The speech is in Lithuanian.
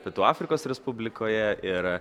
pietų afrikos respublikoje ir